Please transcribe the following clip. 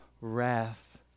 wrath